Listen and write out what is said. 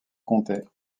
comté